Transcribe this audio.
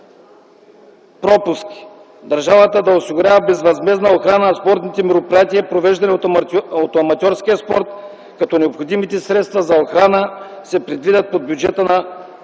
пропуски: държавата да осигурява безвъзмездна охрана на спортните мероприятия, провеждани от аматьорския спорт, като необходимите средства за охрана се предвидят от бюджета на